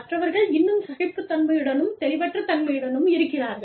மற்றவர்கள் இன்னும் சகிப்புத்தன்மையுடனும் தெளிவற்ற தன்மையுடனும் இருக்கிறார்கள்